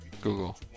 Google